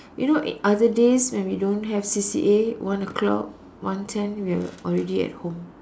you know uh other days when we don't have C_C_A one o-clock one ten we are already at home